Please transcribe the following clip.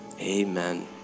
Amen